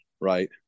right